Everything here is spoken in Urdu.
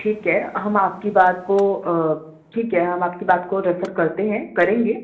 ٹھیک ہے ہم آپ کی بات کو ٹھیک ہے ہم آپ کی بات کو ریفر کرتے ہیں کریں گے